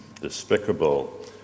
despicable